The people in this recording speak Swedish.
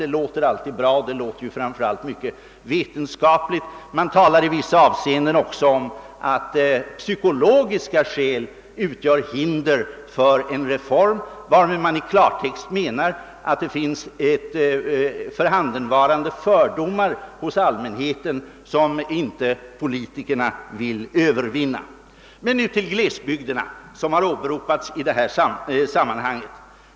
Det låter alltid bra och det låter framför allt mycket vetenskapligt. I vissa avseenden talar man också om att psykologiska skäl utgör hinder för en reform, varmed man i klartext menar, att det finns fördomar hos allmänheten som politikerna inte vill övervinna. Men nu till glesbygderna som åberopats i det här sammanhanget!